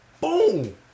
Boom